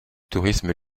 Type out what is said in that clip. tourisme